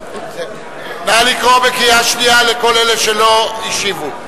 נא לקרוא בקריאה שנייה לכל אלה שלא השיבו.